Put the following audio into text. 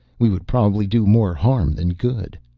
we would probably do more harm than good.